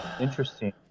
interesting